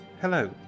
Hello